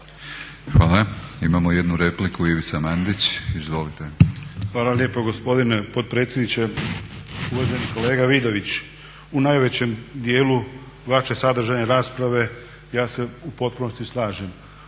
Hvala. Imamo jednu repliku, Ivica Mandić. Izvolite. **Mandić, Ivica (HNS)** Hvala lijepo gospodine potpredsjedniče. Uvaženi kolega Vidović u najvećem dijelu vaše sadržajne rasprave ja se u potpunosti slažem.